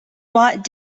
watt